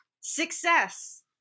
success